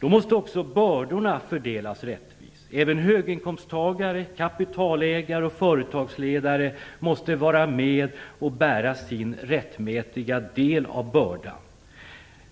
Då måste också bördorna fördelas rättvist. Även höginkomsttagare, kapitalägare och företagsledare måste vara med och bära sin rättmätiga del av bördan.